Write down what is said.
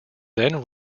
then